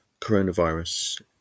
coronavirus